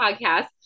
podcast